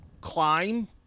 climb